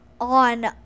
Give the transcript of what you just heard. on